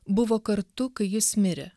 buvo kartu kai jis mirė